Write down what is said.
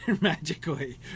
magically